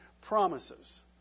promises